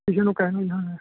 ਕਿਸੇ ਨੂੰ ਕਹਿੰਦਾ ਜੀ ਹਾਂ